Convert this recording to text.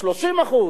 30%,